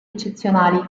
eccezionali